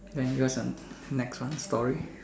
then yours uh next one story